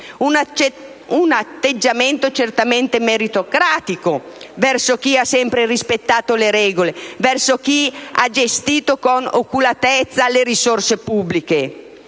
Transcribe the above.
un atteggiamento certamente meritocratico verso chi ha sempre rispettato le regole, verso chi ha gestito con oculatezza le risorse pubbliche!